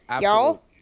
y'all